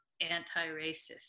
anti-racist